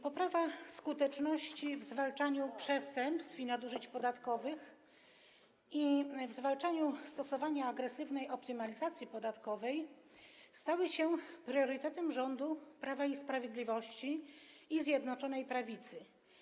Poprawa skuteczności w zwalczaniu przestępstw i nadużyć podatkowych oraz w zwalczaniu stosowania agresywnej optymalizacji podatkowej stały się priorytetem rządu Prawa i Sprawiedliwości i Zjednoczonej Prawicy.